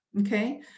okay